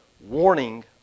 warning